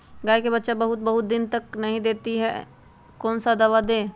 गाय बच्चा बहुत बहुत दिन तक नहीं देती कौन सा दवा दे?